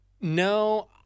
No